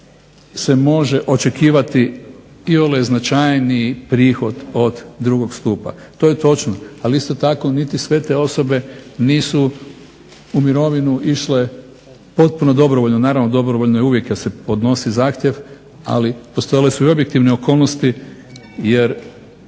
se može očekivati iole značajni prihod od drugog stupa. To je točno, ali isto tako niti sve te osobe nisu u mirovinu išle potpuno dobrovoljno. Naravno dobrovoljno je uvijek kad se podnosi zahtjev, ali postojale su i objektivne okolnosti jer